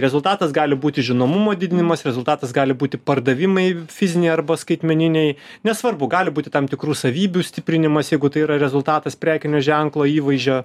rezultatas gali būti žinomumo didinimas rezultatas gali būti pardavimai fiziniai arba skaitmeniniai nesvarbu gali būti tam tikrų savybių stiprinimas jeigu tai yra rezultatas prekinio ženklo įvaizdžio